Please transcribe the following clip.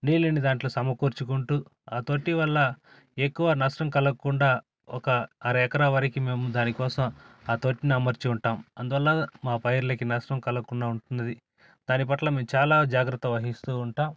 నీళ్ళని దాంట్లో సమకూర్చుకుంటూ ఆ తొట్టి వల్ల ఎక్కువ నష్టం కలక్కుండా ఒక అర ఎకరా వరకి మేము దాని కోసం ఆతొట్టిని అమర్చి ఉంటాం అందువల్ల మా పైర్లకి నష్టం కలక్కుండా ఉంటున్నది దాని పట్ల మేము చాలా జాగ్రత్త వహిస్తూ ఉంటాం